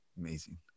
Amazing